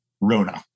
RONA